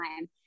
time